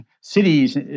cities